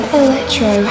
electro